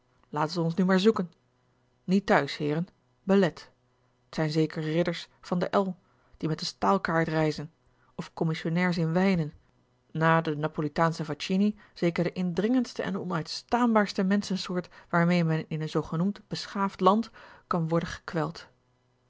laten ze ons nu maar zoeken niet thuis heeren belet t zijn zeker ridders van de el die met de staalkaart reizen of a l g bosboom-toussaint langs een omweg commissionairs in wijnen na de napolitaansche facchini zeker de indringendste en onuitstaanbaarste menschensoort waarmee men in een zoogenoemd beschaafd land kan worden gekweld